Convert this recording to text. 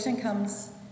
comes